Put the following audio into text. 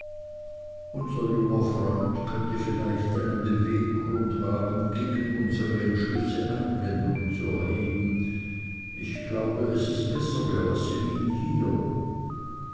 unser junger freund könnte vielleicht einen beweggrund haben gegen unsere entschlüsse einwendung zu erheben ich glaube es ist besser wir lassen ihn hier